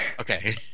Okay